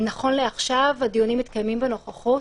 נכון לעכשיו, הדיונים מתקיימים בנוכחות,